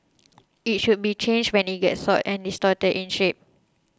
it should be changed when it gets soiled or distorted in shape